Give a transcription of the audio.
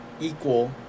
equal